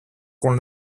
con